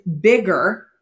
bigger